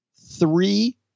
three